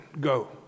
go